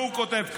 הוא כותב כך: